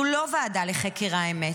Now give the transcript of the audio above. זו לא ועדה לחקר האמת,